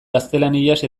gaztelaniaz